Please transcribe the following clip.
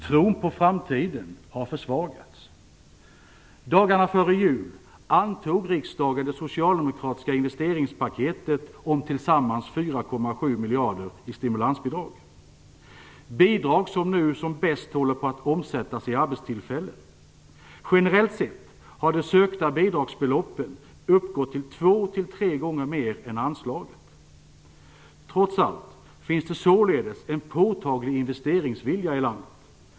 Tron på framtiden har försvagats. Dagarna före jul antog riksdagen det socialdemokratiska investeringspaketet om tillsammans 4,7 miljarder i stimulansbidrag. Det är bidrag som nu som bäst håller på att omsättas i arbetstillfällen. Generellt sett har de sökta bidragsbeloppen uppgått till två till tre gånger mer än anslaget. Trots allt finns det således en påtaglig investeringsvilja i landet.